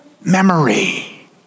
memory